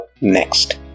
next